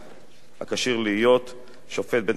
הכשיר להיות שופט בית-משפט שלום.